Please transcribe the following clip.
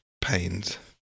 pains